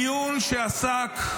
לדיון שעסק,